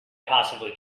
possibly